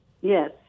Yes